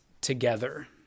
together